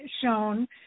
shown